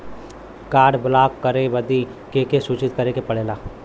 Card block करे बदी के के सूचित करें के पड़ेला?